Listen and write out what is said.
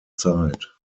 zeit